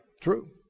True